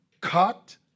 Cut